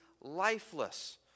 lifeless